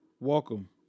welcome